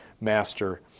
master